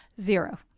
Zero